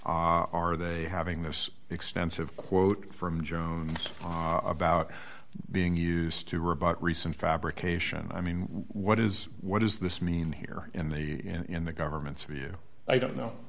are they having this extensive quote from jones about being used to or about recent fabrication i mean what is what does this mean here in the in the government's view i don't know